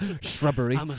shrubbery